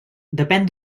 depèn